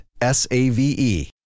S-A-V-E